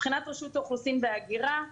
מבחינת רשות האוכלוסין וההגירה,